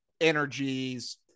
energies